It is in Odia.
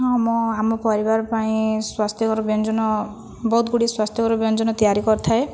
ହଁ ମୁଁ ଆମ ପରିବାର ପାଇଁ ସ୍ଵାସ୍ଥ୍ୟକର ବ୍ୟଞ୍ଜନ ବହୁତଗୁଡ଼ିଏ ସ୍ଵାସ୍ଥ୍ୟକର ବ୍ୟଞ୍ଜନ ତିଆରି କରିଥାଏ